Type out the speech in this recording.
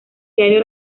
diario